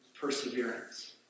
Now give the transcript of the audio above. Perseverance